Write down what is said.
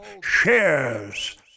shares